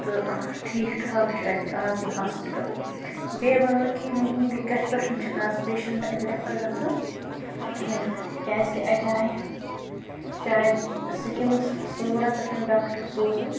تہٕ ٹھیٖک ٹھاک چھُ اَتہِ آز یہِ ہاسپِٹل بیٚیہِ وَنو کہِ یہِ معموٗلی کَتھِ پٮ۪ٹھ چھُنہٕ آز پیشنٛٹ اَتہِ رٮ۪فر گَژھان کِہیٖنۍ کیٛازِ کہِ اَتہِ آیہِ شاید سِکِمٕز سورہ پٮ۪ٹھ ڈاکٹر سوزنہٕ